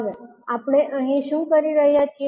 હવે આપણે અહી શું કરી રહ્યા છીએ